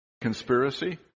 conspiracy